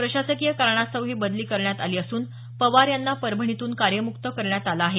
प्रशासकीय कारणास्तव ही बदली करण्यात आली असून पवार यांना परभणीतून कार्यमुक्त करण्यात आलं आहे